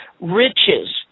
riches